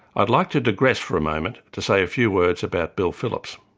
i'd like to digress for a moment, to say a few words about bill phillips.